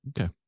Okay